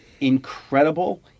incredible